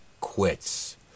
quits